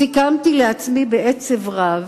סיכמתי לעצמי בעצב רב,